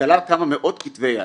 וכלל כמה מאות כתבי יד'.